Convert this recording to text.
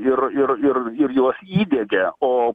ir ir ir ir juos įdiegia o